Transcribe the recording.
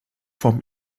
vom